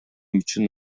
үчүн